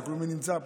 תסתכלו מי נמצא פה.